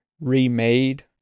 remade